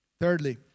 Thirdly